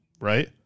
right